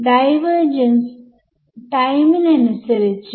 ആദ്യത്തെ ടെർമ് അതെന്തായി മാറും